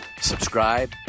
subscribe